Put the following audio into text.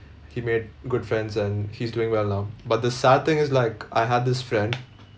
he made good friends and he's doing well now but the sad thing is like I had this friend